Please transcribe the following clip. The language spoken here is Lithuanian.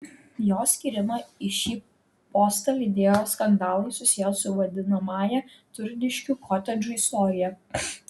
jo skyrimą į šį postą lydėjo skandalai susiję su vadinamąja turniškių kotedžų istorija